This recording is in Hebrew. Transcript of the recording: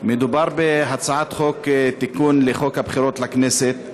מדובר בהצעת תיקון לחוק הבחירות לכנסת.